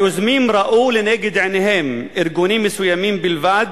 היוזמים ראו לנגד עיניהם ארגונים מסוימים בלבד